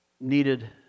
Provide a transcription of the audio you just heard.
needed